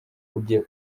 ujye